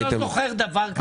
אני לא זוכר דבר כזה.